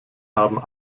haben